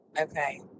Okay